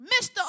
Mr